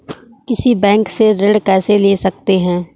किसी बैंक से ऋण कैसे ले सकते हैं?